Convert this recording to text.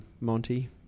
Monty